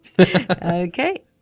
Okay